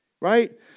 right